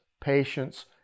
patience